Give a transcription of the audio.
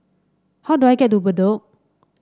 how do I get to Bedok